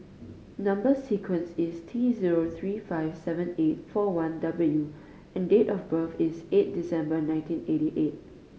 number sequence is T zero three five seven eight four one W and date of birth is eight December nineteen eighty eight